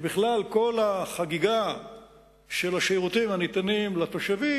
שבכלל כל החגיגה של השירותים הניתנים לתושבים,